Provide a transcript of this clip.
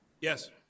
Yes